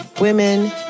women